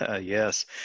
Yes